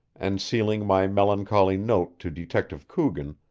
and sealing my melancholy note to detective coogan,